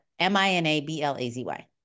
M-I-N-A-B-L-A-Z-Y